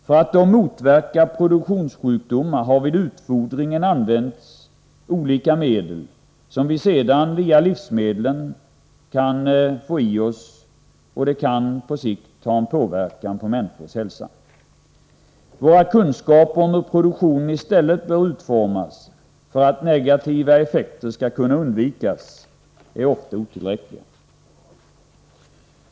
För att motverka produktionssjukdomar har vid utfodringen använts olika medel som vi sedan via livsmedlen kan få i oss och som på sikt kan påverka människors hälsa. Våra kunskaper om hur produktionen i stället bör utformas, för att negativa effekter skall kunna undvikas, är ofta otillräckliga.